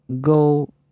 go